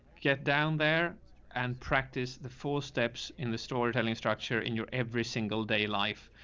get down there and practice the four steps in the story telling structure in your every single day life.